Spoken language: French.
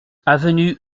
avenue